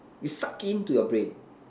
you suck in to your brain